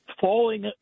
falling